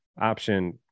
option